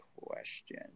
question